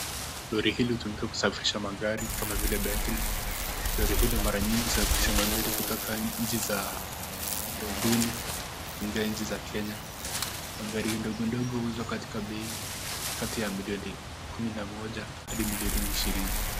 Lori hii hutumika kusafirisha magari kama vile Bentley, lori hili mara nyingi husafirisha magari kutoka nchi za ughaibuni kuingia nchi za kenya, magari ndogo ndogo huuzwa katika bei kati ya milioni kumi na moja hadi milioni ishirini.